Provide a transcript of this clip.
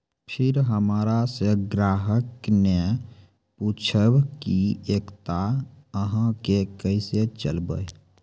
फिर हमारा से ग्राहक ने पुछेब की एकता अहाँ के केसे चलबै?